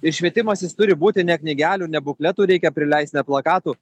ir švietimas jis turi būti ne knygelių ne bukletų reikia prileisti ne plakatų